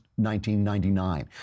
1999